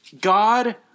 God